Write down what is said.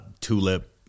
Tulip